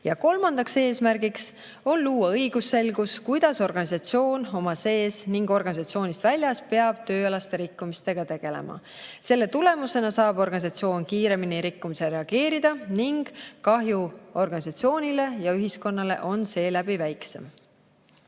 Kolmas eesmärk on luua õigusselgus, kuidas organisatsioon oma sees ning organisatsioonist väljas peab tööalaste rikkumistega tegelema. Selle tulemusena saab organisatsioon kiiremini rikkumisele reageerida ning kahju organisatsioonile ja ühiskonnale on seeläbi väiksem.